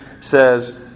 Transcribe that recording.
says